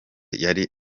yari